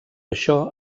això